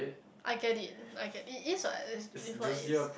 I get it I get it it is what it what is